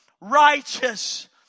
righteous